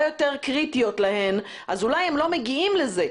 יותר קריטיות להם אז אולי הם לא מגיעים לזה.